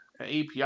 API